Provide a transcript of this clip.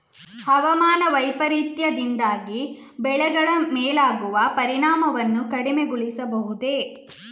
ಹವಾಮಾನ ವೈಪರೀತ್ಯದಿಂದಾಗಿ ಬೆಳೆಗಳ ಮೇಲಾಗುವ ಪರಿಣಾಮವನ್ನು ಕಡಿಮೆಗೊಳಿಸಬಹುದೇ?